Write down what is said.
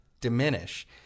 diminish